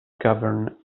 govern